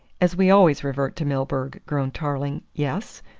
as we always revert to milburgh, groaned tarling. yes?